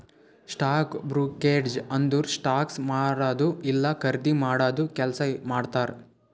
stock brokerage ಅಂದುರ್ stocks ಮಾರದು ಇಲ್ಲಾ ಖರ್ದಿ ಮಾಡಾದು ಕೆಲ್ಸಾ ಮಾಡ್ತಾರ್